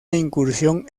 incursión